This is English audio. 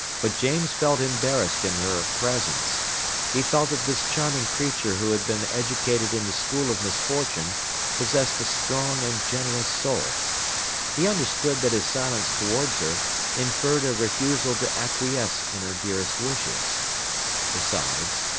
but james felt embarrassed in her presence he felt that this charming creature who had been educated in the school of misfortune possessed a strong and generous soul he understood that his silence towards her inferred a refusal to acquiesce in her dearest wishes besides,